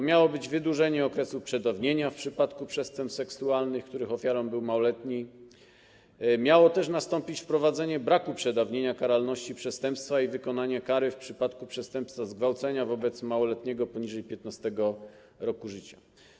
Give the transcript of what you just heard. Miało być wydłużenie okresu przedawnienia w przypadku przestępstw seksualnych, których ofiarami byli małoletni, miało też nastąpić wprowadzenie braku przedawnienia karalności przestępstwa i wykonania kary w przypadku przestępstwa zgwałcenia wobec małoletniego poniżej 15. roku życia.